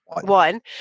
One